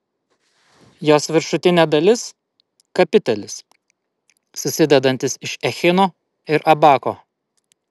jos viršutinė dalis kapitelis susidedantis iš echino ir abako